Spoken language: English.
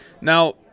Now